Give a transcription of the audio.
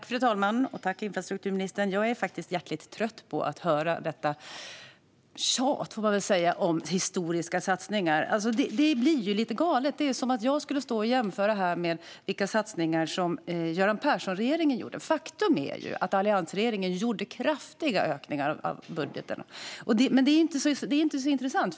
Fru talman! Jag är faktiskt hjärtligt trött på att höra detta tjat om historiska satsningar. Det blir ju lite galet. Det är som om jag skulle stå här och jämföra med vilka satsningar som Göran Persson-regeringen gjorde. Faktum är ju att alliansregeringen gjorde kraftiga ökningar av budgeten, men det är inte så intressant.